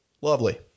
Lovely